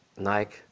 Nike